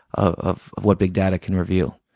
of of what big data can reveal.